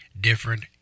different